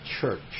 church